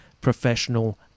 professional